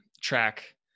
track